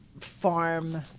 farm